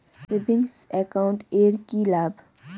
Savings account এর কি লাভ?